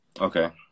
Okay